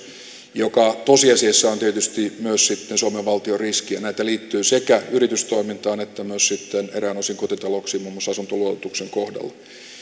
mikä tosiasiassa on tietysti myös sitten suomen valtion riski ja näitä liittyy sekä yritystoimintaan että myös sitten eräin osin kotitalouksiin muun muassa asuntoluototuksen kohdalla